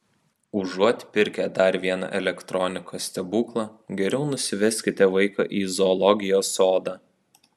užuot pirkę dar vieną elektronikos stebuklą geriau nusiveskite vaiką į zoologijos sodą